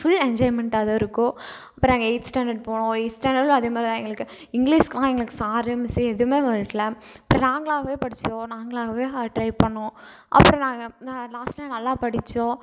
full என்ஜாய்மென்டாக தான் இருக்கும் அப்புறம் நாங்கள் எயித் ஸ்டாண்டர்ட் போனோம் எயித் ஸ்டாண்டர்டும் அதேமாதிரி தான் எங்களுக்கு இங்கிலீஸ்க்குலாம் எங்களுக்கு சார் மிஸ்ஸு எதுவுமே வரலை அப்புறம் நாங்களாகவே படித்தோம் நாங்களாகவே டிரை பண்ணுவோம் அப்புறம் நாங்கள் நான் லாஸ்டாக நல்லா படித்தோம்